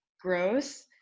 gross